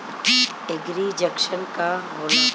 एगरी junction का होला?